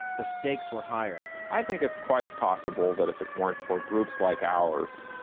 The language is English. the stakes were higher. i think it's quite possible that if it weren't for groups like ours,